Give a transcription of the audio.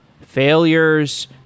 failures